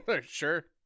Sure